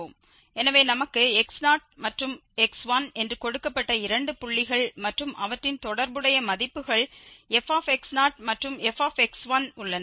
எனவே நமக்கு x0 மற்றும் x1 என்று கொடுக்கப்பட்ட இரண்டு புள்ளிகள் மற்றும் அவற்றின் தொடர்புடைய மதிப்புகள் f மற்றும் f உள்ளன